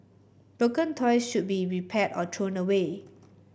broken toy should be repaired or thrown away